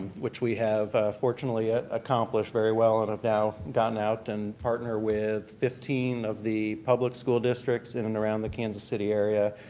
which we have, fortunately, ah accomplished very well and have now gone out and partner with fifteen of the public school districts in and around the kansas city area,